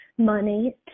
money